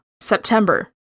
September